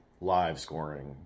live-scoring